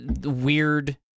weird